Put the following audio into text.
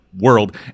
world